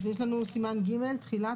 סימן ג' תחילה,